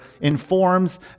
informs